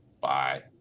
Bye